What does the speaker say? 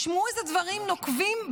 ותשמעו איזה דברים נוקבים,